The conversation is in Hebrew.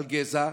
גזע,